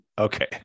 Okay